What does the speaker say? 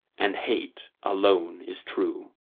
and hate alone is true.